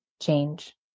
change